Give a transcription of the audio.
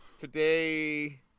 Today